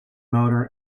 motor